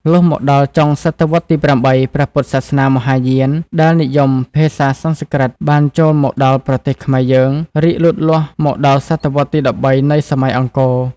លុះមកដល់ចុងស.វ. ទី៨ ព្រះពុទ្ធសាសនាមហាយានដែលនិយមភាសាសំស្ក្រឹតបានចូលមកដល់ប្រទេសខ្មែរយើង រីកលូតលាស់មកដល់ ស.វ.ទី ១៣ នៃសម័យអង្គរ ។